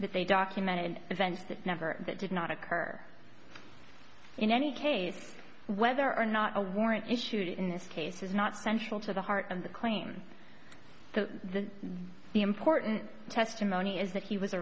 that they documented events that never did not occur in any case whether or not a warrant issued in this case is not central to the heart of the claim to be important testimony is that he was